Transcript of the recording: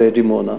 לדימונה.